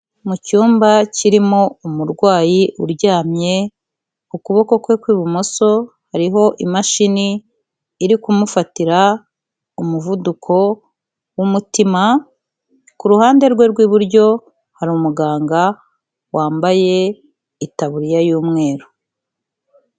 Mu cyumba kirimo umurwayi uryamye, ku kuboko kwe kw'ibumoso hariho imashini iri kumufatira umuvuduko w'umutima, ku ruhande rwe rw'iburyo hari umuganga wambaye itaburiya y'umweru.